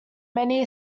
many